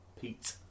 Pete